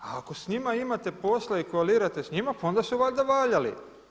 A ako s njima imate posla i koalirate s njima pa onda su valjda valjali.